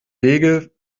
regel